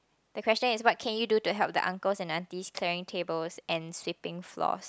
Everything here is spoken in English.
the question is what can you do to help the uncles and aunties clearing tables and sweeping floors